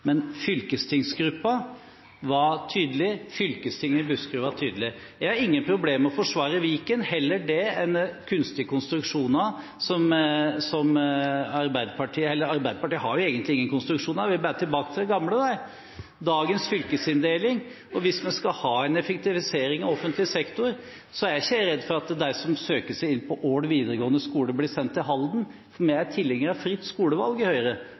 Men fylkestingsgruppen var tydelig. Fylkestinget i Buskerud var tydelig. Jeg har ingen problemer med å forsvare Viken – heller det enn kunstige konstruksjoner. Arbeiderpartiet har jo egentlig ingen konstruksjoner, de vil bare tilbake til det gamle, dagens fylkesinndeling. Hvis vi skal ha en effektivisering av offentlig sektor, er jeg ikke redd for at de som søker seg inn på Ål videregående skole, blir sendt til Halden. Vi i Høyre er tilhengere av fritt skolevalg. Det gjør at en kan gå på videregående skole på Gol, i